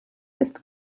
ist